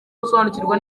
gusobanukirwa